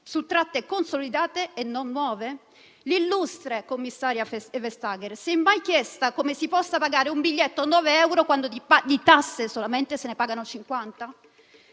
su tratte consolidate e non nuove? L'illustre commissaria Vestager si è mai chiesta come si possa pagare un biglietto 9 euro quando di tasse solamente se ne pagano 50?